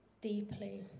deeply